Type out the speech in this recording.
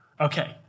okay